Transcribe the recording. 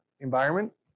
environment